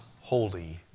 holy